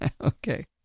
Okay